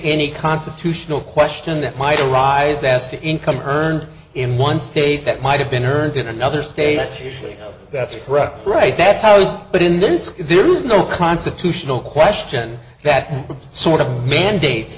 any constitutional question that might arise as to income earned in one state that might have been earned in another state that's usually that's correct right that's how it but in this case there is no constitutional question that sort of mandates